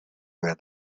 where